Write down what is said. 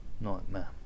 nightmare